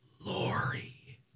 Lori